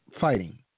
fighting